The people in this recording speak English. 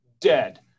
dead